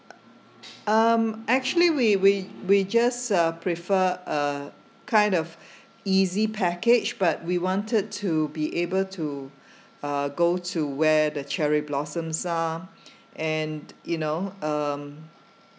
um actually we we we just uh prefer a kind of easy package but we wanted to be able to uh go to where the cherry blossoms are and you know um